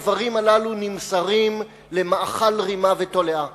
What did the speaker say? האיברים הללו נמסרים למאכל רימה ותולעה.